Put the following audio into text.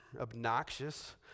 obnoxious